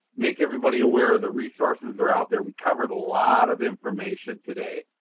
make everybody aware the resources are out there. we covered a lot of information today,